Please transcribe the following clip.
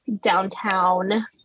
downtown